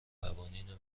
قوانین